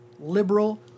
liberal